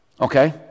Okay